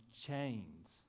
chains